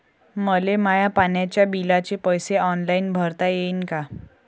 मले माया पाण्याच्या बिलाचे पैसे ऑनलाईन भरता येईन का?